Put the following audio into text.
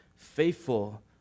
faithful